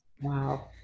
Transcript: Wow